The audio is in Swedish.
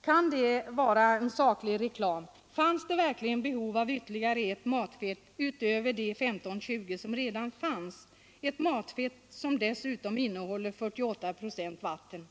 Kan det vara saklig reklam? Finns det verkligen behov av ytterligare ett matfett utöver de 15—20 som redan saluförs — ett matfett som dessutom innehåller 48 procent vatten?